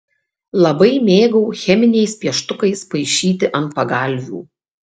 labai mėgau cheminiais pieštukais paišyti ant pagalvių